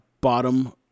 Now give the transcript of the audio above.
bottom